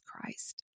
Christ